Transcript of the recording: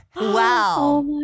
Wow